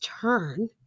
turn